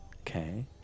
Okay